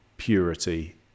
purity